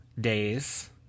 days